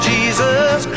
Jesus